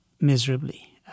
miserably